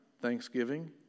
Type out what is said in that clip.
thanksgiving